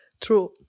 True